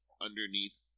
underneath